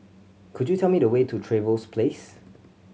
could you tell me the way to Trevose Place